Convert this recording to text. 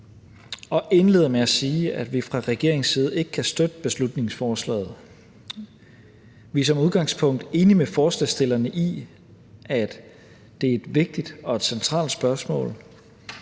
vil indlede med at sige, at vi fra regeringens side ikke kan støtte beslutningsforslaget. Vi er som udgangspunkt enige med forslagsstillerne i, at det er et vigtigt og centralt spørgsmål,